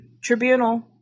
tribunal